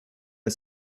l’a